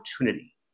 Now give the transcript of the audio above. opportunity